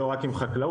לא רק עם חקלאות.